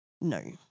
No